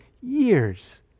years